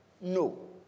No